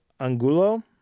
angulo